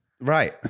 Right